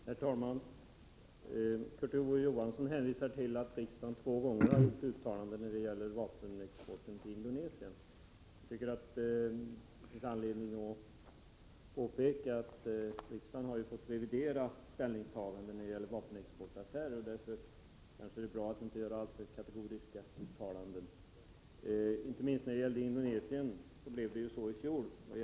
Herr talman! Kurt Ove Johansson hänvisar till att riksdagen två gånger har gjort uttalanden om vapenexporten till Indonesien. Jag tycker att det finns anledning att påpeka att riksdagen har fått revidera sina ställningstaganden när det gäller vapenexportaffärer. Inte minst i fråga om Indonesien blev det ju så i fjol — då gällde det Mats Hellström och hans olika turer i den affären.